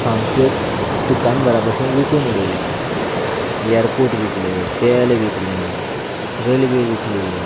सामक्योच दुकानदारा भशेन विकून उडयल्यात एअरपोट विकले तेल विकलें रेल्वे विकल्यो